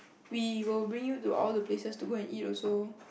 we will bring you to all the places to go and eat also